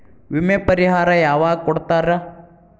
ವಿಮೆ ಪರಿಹಾರ ಯಾವಾಗ್ ಕೊಡ್ತಾರ?